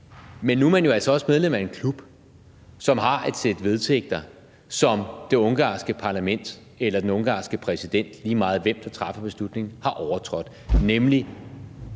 men nu er man jo altså også medlem af en klub, som har et sæt vedtægter, som det ungarske parlament eller den ungarske præsident – det er lige meget, hvem der træffer beslutningen – har overtrådt,